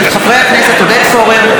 של חברי הכנסת עודד פורר,